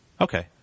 Okay